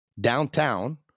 downtown